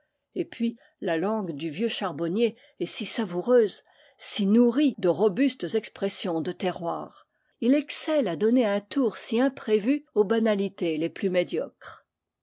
et puis la langue du vieux charbonnier est si savoureuse si nourrie de robustes expressions de terroir il excelle à donner un tour si imprévu aux banalités les plus médiocres